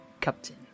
Captain